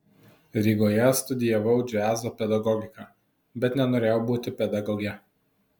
rygoje studijavau džiazo pedagogiką bet nenorėjau būti pedagoge